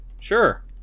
Sure